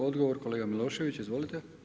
Odgovor kolega Milošević, izvolite.